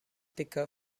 thicker